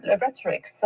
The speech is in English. rhetoric